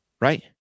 right